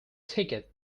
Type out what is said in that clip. ticket